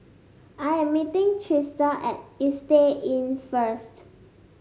I am meeting Trista at Istay Inn first